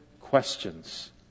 questions